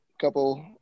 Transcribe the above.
couple